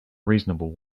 reasonable